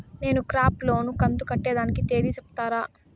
నేను crop loan కంతు కట్టేదానికి తేది సెప్తారా?